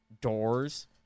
doors